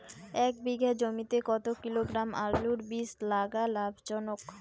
এক বিঘা জমিতে কতো কিলোগ্রাম আলুর বীজ লাগা লাভজনক?